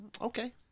Okay